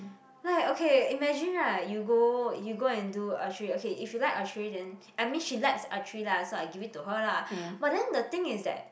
like okay imagine right you go you go and do archery okay if you like archery then I mean she likes archery lah so I give it to her lah but then the thing is that